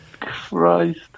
Christ